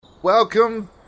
Welcome